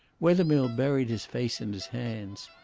wethermill buried his face in his hands.